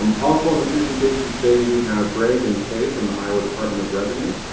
um also in the presentation today we have greg and kay from the iowa department of revenue.